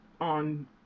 on